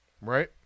Right